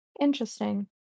Interesting